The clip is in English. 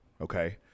okay